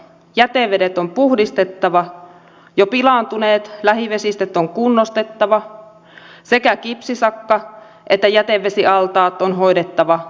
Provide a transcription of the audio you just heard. jätevedet on puhdistettava jo pilaantuneet lähivesistöt on kunnostettava sekä kipsisakka että jätevesialtaat on hoidettava loppuun saakka